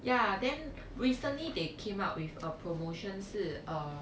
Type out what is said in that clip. ya then recently they came up with a promotion 是 uh